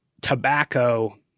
tobacco